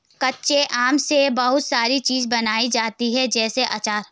कच्चे आम से बहुत सारी चीज़ें बनाई जाती है जैसे आचार